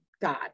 God